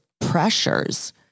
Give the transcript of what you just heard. pressures